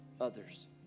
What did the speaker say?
others